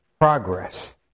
progress